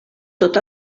tot